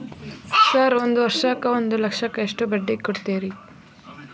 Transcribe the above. Sir ಒಂದು ವರ್ಷಕ್ಕ ಒಂದು ಲಕ್ಷಕ್ಕ ಎಷ್ಟು ಬಡ್ಡಿ ಕೊಡ್ತೇರಿ?